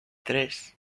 tres